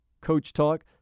coach-talk